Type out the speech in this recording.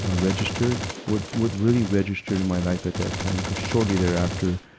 ah registered. what, what really registered in my life at that time cuz shortly thereafter,